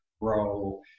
grow